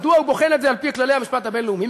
מדוע הוא בוחן את זה לפי כללי המשפט הבין-לאומי?